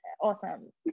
awesome